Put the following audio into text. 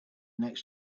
next